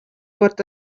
pot